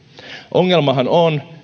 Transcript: ongelmahan on